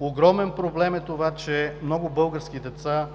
Огромен проблем е, че много български деца